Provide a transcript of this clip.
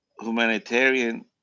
humanitarian